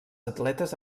atletes